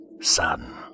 son